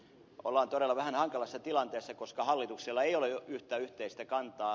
ollaan todella vähän hankalassa tilanteessa koska hallituksella ei ole yhtä yhteistä kantaa